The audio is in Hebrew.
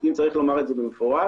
אם צריך לומר זאת במפורש,